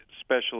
special